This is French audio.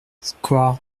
square